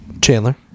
Chandler